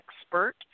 expert